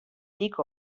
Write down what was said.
dyk